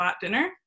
dinner